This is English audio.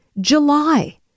July